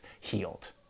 healed